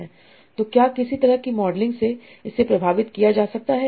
तो क्या किसी तरह की मॉडलिंग से इसे प्रभावित किया जा सकता है